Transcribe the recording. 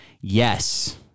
Yes